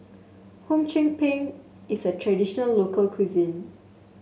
Hum Chim Peng is a traditional local cuisine